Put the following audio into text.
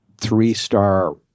three-star